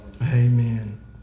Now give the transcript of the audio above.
Amen